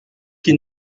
qui